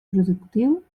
productiu